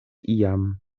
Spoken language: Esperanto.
iam